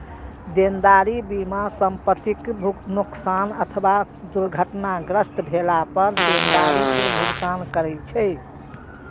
देनदारी बीमा संपतिक नोकसान अथवा दुर्घटनाग्रस्त भेला पर देनदारी के भुगतान करै छै